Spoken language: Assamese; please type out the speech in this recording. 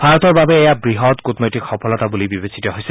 ভাৰতৰ বাবে এয়া বৃহৎ কূটনৈতিক সফলতা বুলি বিবেচিত হৈছে